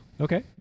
Okay